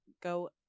go